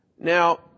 Now